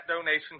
donation